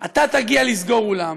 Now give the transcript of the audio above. אתה תגיע לסגור אולם,